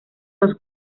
los